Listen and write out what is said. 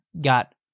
got